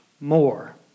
more